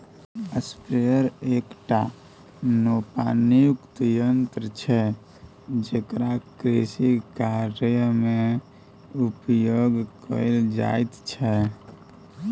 sprayer एकटा नोपानियुक्त यन्त्र छै जेकरा कृषिकार्यमे उपयोग कैल जाइत छै